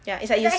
ya it's like you